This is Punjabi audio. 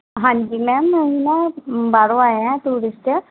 ਹਾਂਜੀ ਮੈਮ ਅਸੀਂ ਨਾ ਬਾਹਰੋਂ ਆਏ ਹਾਂ ਟੂਰਿਸਟ